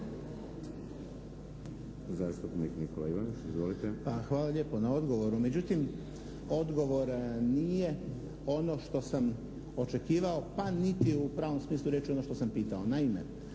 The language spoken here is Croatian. (PGS)** Hvala lijepo na odgovoru. Međutim odgovor nije ono što sam očekivao, pa niti u pravom smislu riječi ono što sam pitao.